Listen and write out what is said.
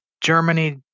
Germany